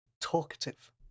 talkative